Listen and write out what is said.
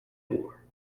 war